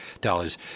dollars